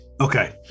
Okay